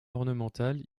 ornementale